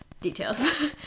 Details